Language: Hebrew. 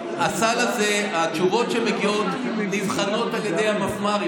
התשובות שמגיעות נבחנות על ידי המפמ"רים,